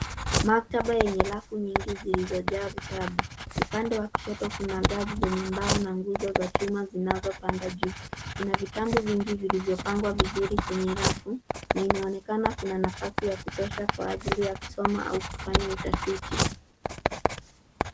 Maktaba yenye rafu nyingi zilizojaa vitabu. Upande wa kushoto kuna ngazi zenye mbao na nguzo za chuma zinazopanda juu. Kuna vitabu vingi vilivyopangwa vizuri kwenye rafu. Na inaonekana kuna nafasi ya kutosha kwa ajili ya kusoma au kufanya utafiti.